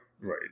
Right